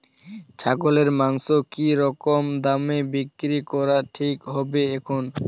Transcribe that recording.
ছাগলের মাংস কী রকম দামে বিক্রি করা ঠিক হবে এখন?